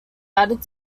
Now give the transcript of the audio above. added